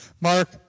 Mark